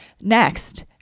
next